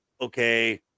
okay